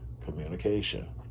communication